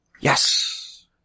Yes